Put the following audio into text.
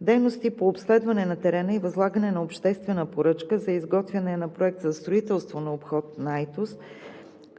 Дейности по обследване на терена и възлагане на обществена поръчка за изготвяне на Проект за строителство на обход на Айтос